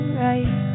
right